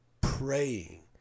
praying